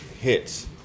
hits